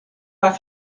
pas